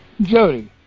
Jody